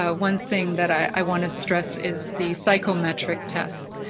ah one thing that i want to stress is the psychometric tests.